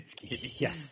Yes